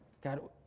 God